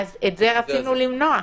את זה רצינו למנוע.